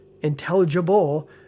intelligible